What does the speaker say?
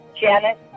Janet